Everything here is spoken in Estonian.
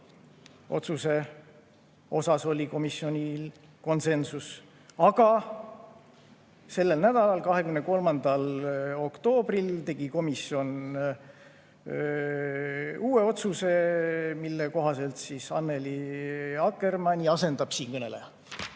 otsuse suhtes oli komisjonil konsensus. Aga sellel nädalal, 23. oktoobril tegi komisjon uue otsuse, mille kohaselt Annely Akkermanni asendab siinkõneleja.